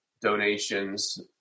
donations